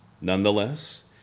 Nonetheless